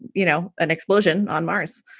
you know, an explosion on mars.